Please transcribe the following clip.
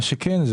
מה שכן,